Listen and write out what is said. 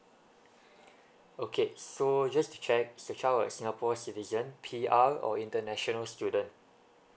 okay so just to check is your child a singapore citizen P_R or international student